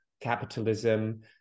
capitalism